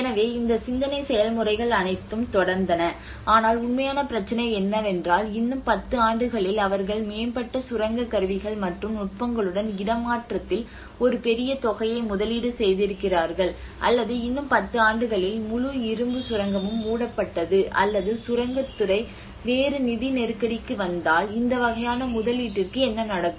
எனவே இந்த சிந்தனை செயல்முறைகள் அனைத்தும் தொடர்ந்தன ஆனால் உண்மையான பிரச்சனை என்னவென்றால் இன்னும் 10 ஆண்டுகளில் அவர்கள் மேம்பட்ட சுரங்க கருவிகள் மற்றும் நுட்பங்களுடன் இடமாற்றத்தில் ஒரு பெரிய தொகையை முதலீடு செய்திருக்கிறார்கள் அல்லது இன்னும் 10 ஆண்டுகளில் முழு இரும்புச் சுரங்கமும் மூடப்பட்டது அல்லது சுரங்கத் துறை வேறு நிதி நெருக்கடிக்கு வந்தால் இந்த வகையான முதலீட்டிற்கு என்ன நடக்கும்